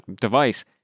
device